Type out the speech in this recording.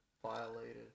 violated